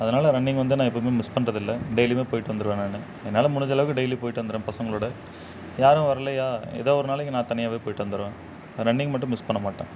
அதனால் ரன்னிங் வந்து நான் எப்போமே மிஸ் பண்றதில்லை டெய்லியுமே போய்ட்டு வந்துடுவேன் நான் என்னால் முடிஞ்சளவுக்கு டெய்லி போய்ட்டு வந்துடுவேன் பசங்களோடு யாரும் வரலயா ஏதோ ஒரு நாளைக்கு நான் தனியாகவே போய்ட்டு வந்துடுவேன் ரன்னிங் மட்டும் மிஸ் பண்ண மாட்டேன்